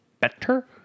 better